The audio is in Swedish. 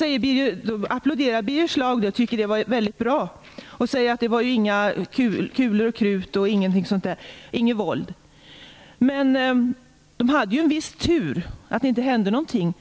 Birger Schlaug applåderar det och tycker att det var mycket bra. Han säger att det inte var några kulor och krut och inget våld inblandat. Men Kanada hade ju en viss tur att det inte hände något.